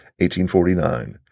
1849